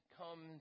come